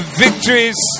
victories